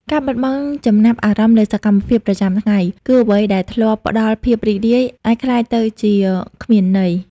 ការបាត់បង់ចំណាប់អារម្មណ៍លើសកម្មភាពប្រចាំថ្ងៃ គឺអ្វីដែលធ្លាប់ផ្តល់ភាពរីករាយ អាចក្លាយទៅជាគ្មានន័យ។